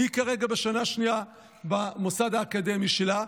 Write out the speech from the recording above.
היא כרגע בשנה שנייה במוסד האקדמי שלה,